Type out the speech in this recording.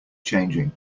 changing